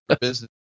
business